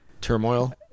turmoil